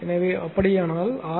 எனவே அப்படியானால் ஆர்